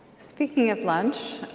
speaking of lunch,